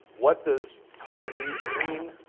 what does putting these green